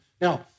Now